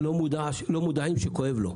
לא מודעים לכאביו.